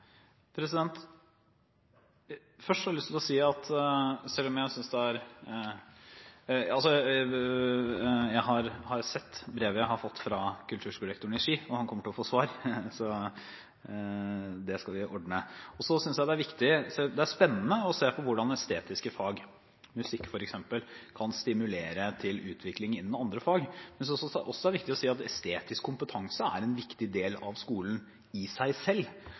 Jeg har sett brevet jeg har fått fra kulturskolerektoren i Ski, og han kommer til å få svar. Det skal vi ordne. Det er spennende å se på hvordan estetiske fag, f.eks. musikk, kan stimulere til utvikling innen andre fag, men jeg synes også det er viktig å si at estetisk kompetanse er en viktig del av skolen i seg selv.